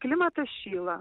klimatas šyla